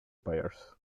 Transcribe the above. buyers